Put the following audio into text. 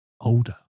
older